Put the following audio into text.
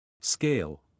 Scale